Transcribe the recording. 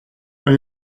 when